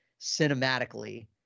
cinematically